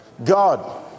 God